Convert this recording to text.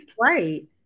Right